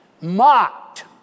mocked